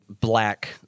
black